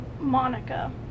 Monica